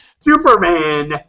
Superman